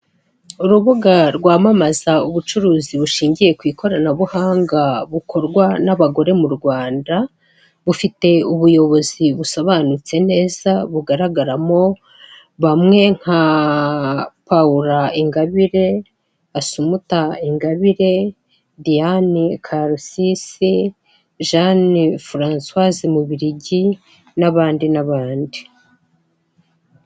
Urubuga rwamamaza ubucuruzi bushingiye ku ikoranabuhanga bukorwa n'abagore mu Rwanda, bufite ubuyobozi busobanutse neza bugaragaramo bamwe nka Paula Ingabire, Asumta Ingabire, Diane karusisi, Jeanne Francois Mubirigi n'abandi n'abandi.